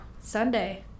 sunday